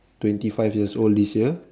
twenty five years old this year